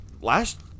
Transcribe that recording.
Last